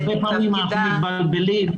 הרבה פעמים אנחנו מתבלבלים.